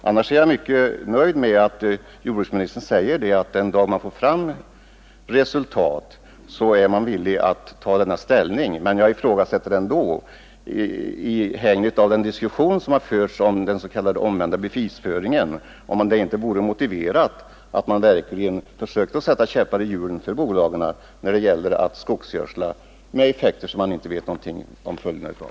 Annars är jag mycket nöjd med att jordbruksministern säger att den dag man får fram resultat är man villig att ta ställning. Men jag ifrågasätter ändå, mot bakgrund av den diskussion som har förts om den s.k. omvända bevisföringen, om det inte vore motiverat att man verkligen försökte sätta käppar i hjulet för bolagen när det gäller att skogsgödsla med medel som man inte vet någonting om följderna av.